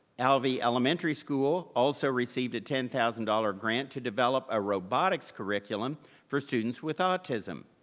alvey elementary school also received ten thousand dollars grant to develop a robotics curriculum for students with autism.